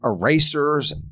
erasers